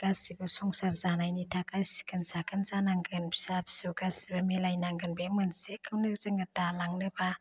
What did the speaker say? गासिबो संसार जानायनि थाखाय सिखोन साखोन जानांगोन फिसा फिसौ गासिबो मिलाय नांगोन बे मोनसेखौनो जोङो दालांनोबा